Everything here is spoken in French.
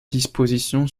disposition